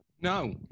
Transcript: No